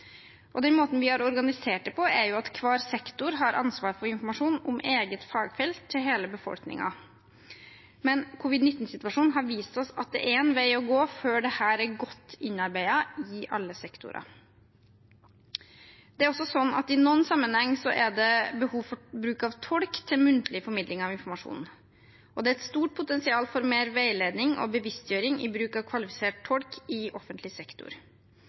Den måten vi har organisert det på, er at hver sektor har ansvar for informasjon om eget fagfelt til hele befolkningen, men covid-19-situasjonen har vist oss at det er en vei å gå før dette er godt innarbeidet i alle sektorer. I noen sammenhenger er det også behov for bruk av tolk ved muntlig formidling av informasjon. Det er et stort potensial for mer veiledning og bevisstgjøring i bruk av kvalifisert tolk i offentlig sektor.